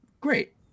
Great